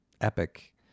epic